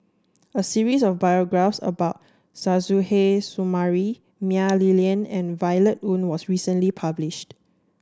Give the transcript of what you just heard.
a series of biographies about Suzairhe Sumari Mah Li Lian and Violet Oon was recently published